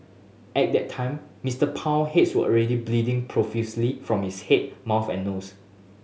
at that time Mister Pang heads were already bleeding profusely from his head mouth and nose